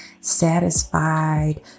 satisfied